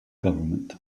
government